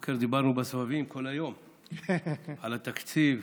הבוקר דיברנו בסבבים כל היום על התקציב,